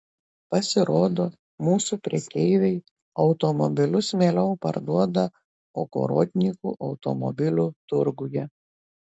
pasirodo mūsų prekeiviai automobilius mieliau parduoda ogorodnikų automobilių turguje